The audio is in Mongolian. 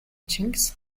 чингис